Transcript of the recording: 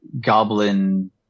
goblin